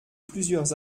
plusieurs